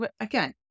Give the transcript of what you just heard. again